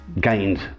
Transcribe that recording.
gained